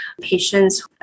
patients